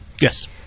Yes